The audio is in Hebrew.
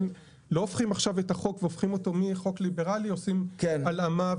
לא לוקחים עכשיו את החוק והופכים אותו מחוק ליברלי ועושים הלאמה.